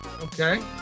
Okay